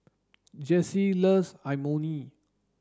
Jessie loves Imoni